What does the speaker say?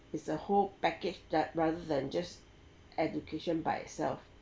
is a whole package that rather than just education by itself